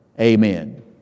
Amen